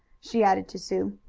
she added to sue.